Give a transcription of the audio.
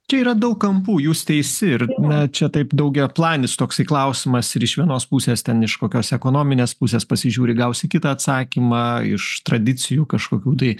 čia yra daug kampų jūs teisi ir na čia taip daugiaplanis toksai klausimas ir iš vienos pusės ten iš kokios ekonominės pusės pasižiūri gausi kitą atsakymą iš tradicijų kažkokių tai